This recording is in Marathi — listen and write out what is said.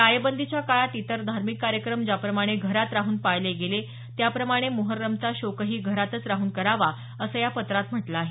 टाळेबंदीच्या काळात इतर धार्मिक कार्यक्रम ज्याप्रमाणे घरात राहून पाळले गेले त्याप्रमाणे मुहर्रमचा शोकही घरातच राहून करावा असं या पत्रात म्हटलं आहे